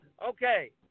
Okay